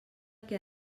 què